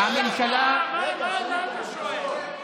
הממשלה, מה אתה שואל?